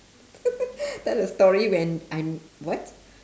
tell a story when I'm what